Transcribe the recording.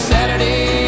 Saturday